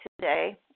today